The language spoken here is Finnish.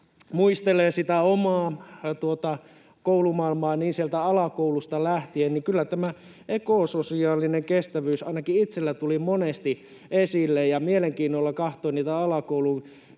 muistelee sitä omaa koulumaailmaa sieltä alakoulusta lähtien, niin kyllä tämä ekososiaalinen kestävyys ainakin itselläni tuli monesti esille, ja mielenkiinnolla katsoin niitä alakoulun